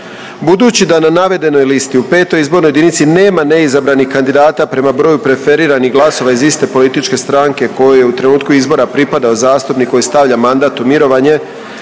Budući da na navedenoj listi u 5. izbornoj jedinici nema neizabranih kandidata prema broju preferiranih glasova iz iste političke stranke kojoj u trenutku izbora pripadao zastupnik koji stavlja mandat u mirovanje,